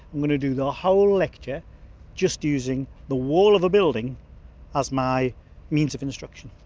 i'm going to do the whole lecture just using the wall of a building as my means of instruction.